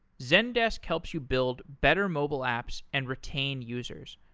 zendesk helps you build better mobile apps and retain users.